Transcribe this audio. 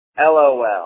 LOL